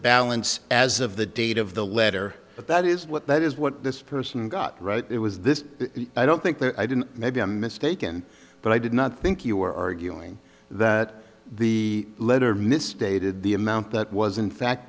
balance as of the date of the letter but that is what that is what this person got right it was this i don't think i did maybe i'm mistaken but i did not think you were arguing that the letter misstated the amount that was